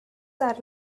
are